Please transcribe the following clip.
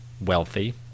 wealthy